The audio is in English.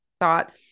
thought